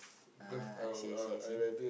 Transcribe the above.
ah I see I see I see